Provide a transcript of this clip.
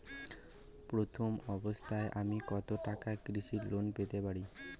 প্রথম অবস্থায় আমি কত টাকা কৃষি লোন পেতে পারি?